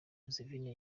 museveni